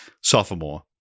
sophomore